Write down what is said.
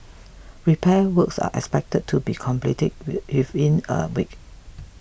repair works are expected to be completed with if in a week